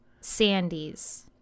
Sandys